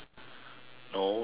no it's you